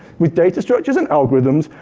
with data structures and algorithms,